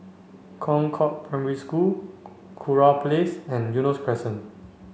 Concord Primary School Kurau Place and Eunos Crescent